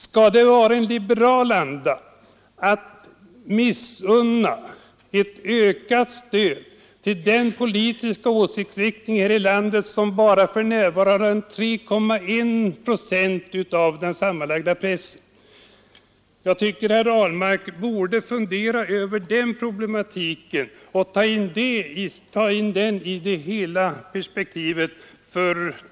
Skall det vara liberal anda att missunna ett ökat stöd till den politiska åsiktsriktning här i landet som för närvarande bara har 3,1 procent av landets sammanlagda press? Herr Ahlmark borde fundera över det förhållandet och ta in det i hela perspektivet.